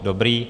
Dobrý.